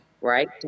right